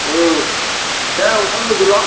ओ दे ओंखारबोदोल